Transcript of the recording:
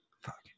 Fuck